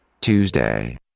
Tuesday